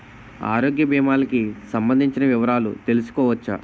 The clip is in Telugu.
ఆరోగ్య భీమాలకి సంబందించిన వివరాలు తెలుసుకోవచ్చా?